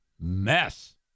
mess